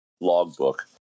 logbook